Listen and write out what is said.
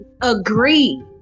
agree